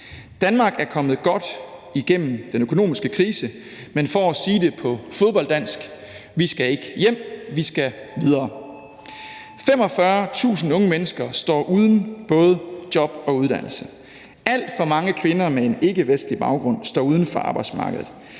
Danmark er kommet godt igennem den økonomiske krise, men for at sige det på fodbolddansk: Vi skal ikke hjem, vi skal videre. 45.000 unge mennesker står uden både job og uddannelse. Alt for mange kvinder med en ikkevestlig baggrund står uden for arbejdsmarkedet.